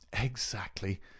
Exactly